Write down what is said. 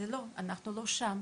זה לא אפשרי, אנחנו לא שם,